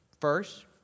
First